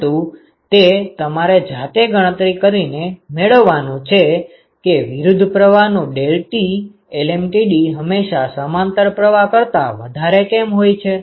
પરંતુ તે તમારે જાતે ગણતરી કરીને મેળવવાનું છે કે વિરુદ્ધ પ્રવાહનું deltaT lmtd હંમેશા સમાંતર પ્રવાહ કરતાં વધારે કેમ હોય છે